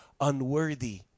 unworthy